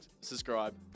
subscribe